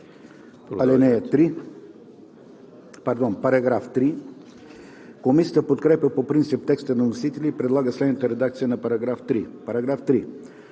Параграф 30